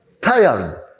tired